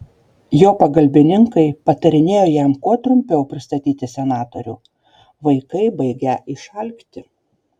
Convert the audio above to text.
jo pagalbininkai patarinėjo jam kuo trumpiau pristatyti senatorių vaikai baigią išalkti